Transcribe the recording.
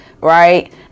right